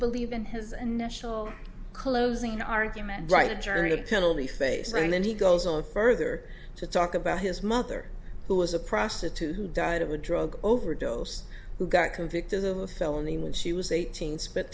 believe in his and national closing argument write a journal penalty phase and then he goes on further to talk about his mother who was a prostitute who died of a drug overdose who got convicted of a felony when she was eighteen spent